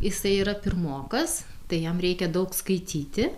jisai yra pirmokas tai jam reikia daug skaityti